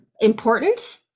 important